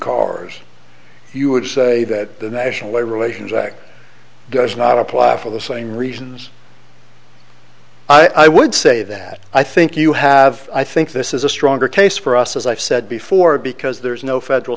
cars you would say that the national labor relations act does not apply for the same reasons i would say that i think you have i think this is a stronger case for us as i've said before because there is no federal